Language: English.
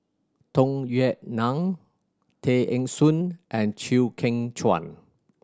Tung Yue Nang Tay Eng Soon and Chew Kheng Chuan